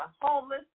homeless